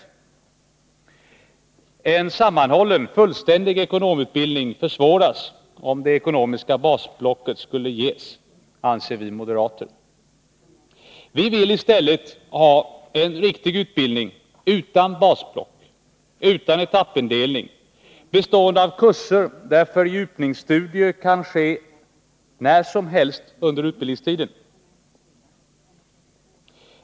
Vi moderater anser att en sammanhållen, fullständig ekonomutbildning försvåras, om det ekonomiska basbeloppet skulle ges. Vi vill i stället ha en riktig utbildning — utan basbelopp och etappindelning — bestående av kurser där fördjupningsstudier kan ske när som helst under utbildningstiden.